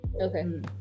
okay